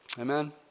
Amen